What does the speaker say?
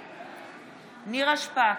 בעד נירה שפק,